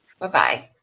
Bye-bye